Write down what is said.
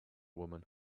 woman